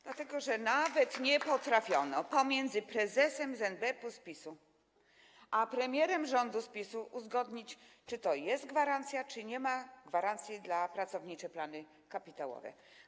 Dlatego że nawet nie potrafiono pomiędzy prezesem NBP z PiS-u a premierem rządu z PiS-u uzgodnić, czy jest gwarancja, czy nie ma gwarancji dla pracowniczych planów kapitałowych.